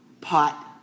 pot